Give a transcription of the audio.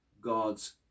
God's